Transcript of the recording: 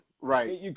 Right